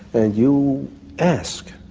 and you ask,